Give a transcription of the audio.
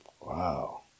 Wow